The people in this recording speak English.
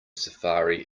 safari